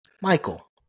Michael